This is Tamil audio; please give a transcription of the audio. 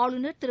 ஆளுநர் திரு